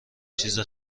چیز